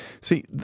See